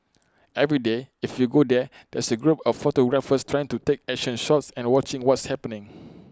every day if you go there there's A group of photographers trying to take action shots and watching what's happening